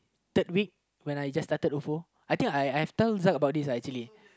third week when I just started ofo I think I've told Zack about this ah actually